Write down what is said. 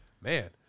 Man